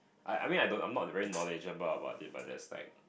I I mean I don't I'm not the very knowledgeable about it but there's like